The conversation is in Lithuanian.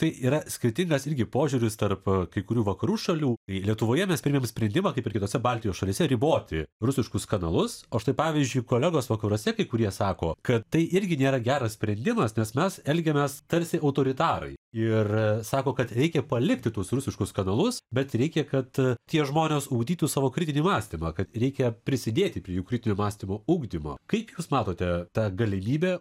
tai yra skirtingas irgi požiūris tarp kai kurių vakarų šalių lietuvoje mes priėmėm sprendimą kaip ir kitose baltijos šalyse riboti rusiškus kanalus o štai pavyzdžiui kolegos vakaruose kai kurie sako kad tai irgi nėra geras sprendimas nes mes elgiamės tarsi autoritarai ir sako kad reikia palikti tuos rusiškus kanalus bet reikia kad tie žmonės ugdytų savo kritinį mąstymą kad reikia prisidėti prie jų kritinio mąstymo ugdymo kaip jūs matote tą galimybę